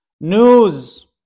News